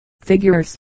figures